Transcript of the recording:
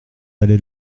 allé